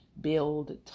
build